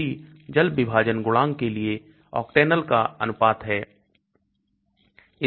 LogP जल विभाजन गुणांक के लिए octanol का अनुपात है